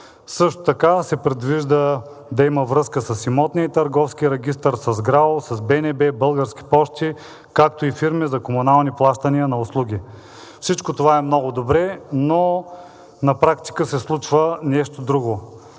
Също така се предвижда да има връзка с имотния и търговския регистър, с ГРАО, с БНБ, „Български пощи“, както и с фирми за комунални плащания на услуги. Всичко това е много добре, но на практика се случва нещо друго.